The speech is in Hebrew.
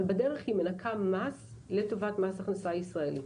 אבל בדרך היא מנכה מס לטובת מס ההכנסה הישראלי.